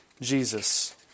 Jesus